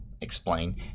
explain